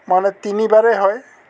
মানে তিনিবাৰেই হয়